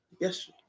yes